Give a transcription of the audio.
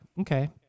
Okay